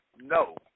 no